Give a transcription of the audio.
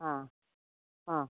ಹಾಂ ಹಾಂ